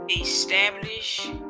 establish